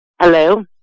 Hello